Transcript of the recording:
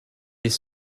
les